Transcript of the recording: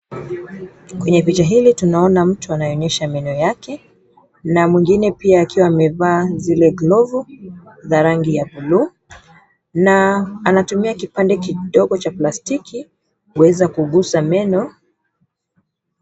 Kwenye picha hili tunaona mtu anayeonyesha meno yake na mwingine pia akiwa amevaa zile glovu za rangi ya buluu, na anatumia kipande kidogo cha plastiki kuweza kugusa meno.